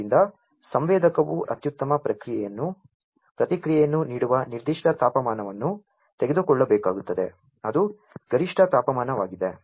ಆದ್ದರಿಂದ ಸಂವೇದಕವು ಅತ್ಯುತ್ತಮ ಪ್ರತಿಕ್ರಿಯೆಯನ್ನು ನೀಡುವ ನಿರ್ದಿಷ್ಟ ತಾಪಮಾನವನ್ನು ತೆಗೆದುಕೊಳ್ಳಬೇಕಾಗುತ್ತದೆ ಅದು ಗರಿಷ್ಠ ತಾಪಮಾನವಾಗಿದೆ